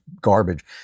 garbage